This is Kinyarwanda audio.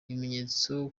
ibimenyetso